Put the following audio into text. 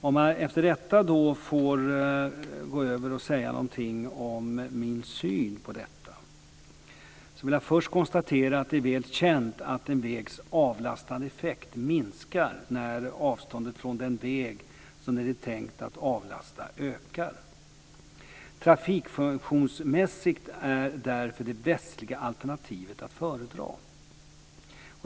Om jag efter detta får säga någonting om min syn på denna fråga vill jag först konstatera att det är väl känt att en vägs avlastande effekt minskar när avståndet från den väg som den är tänkt att avlasta ökar. Trafikfunktionsmässigt är därför det västliga alternativet att föredra.